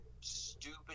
stupid